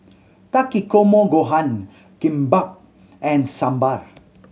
Takikomi Gohan Kimbap and Sambar